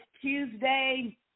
Tuesday